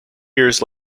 years